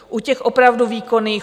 U těch opravdu výkonných?